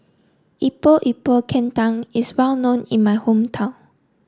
Epok Epok Kentang is well known in my hometown